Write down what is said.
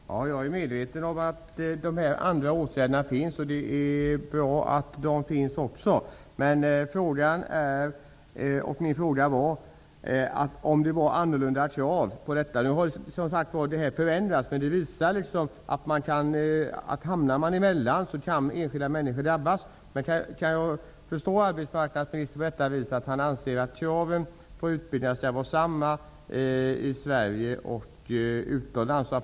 Fru talman! Jag är medveten om att dessa andra åtgärder finns. Det är bra att de finns. Men min fråga var om det finns annorlunda krav. Det har nu visat sig att enskilda kan drabbas när de hamnar emellan. Kan jag förstå arbetsmarknadsministern så att han anser att kraven på utbildningarna skall vara desamma i Sverige och utomlands?